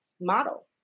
model